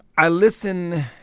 i listen